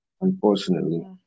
unfortunately